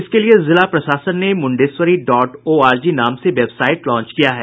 इसके लिए जिला प्रशासन ने मुंडेश्वरी डॉट ओआरजी नाम से वेबसाइट लांच किया है